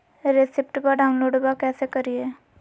रेसिप्टबा डाउनलोडबा कैसे करिए?